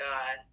God